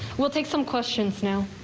we'll take some questions now.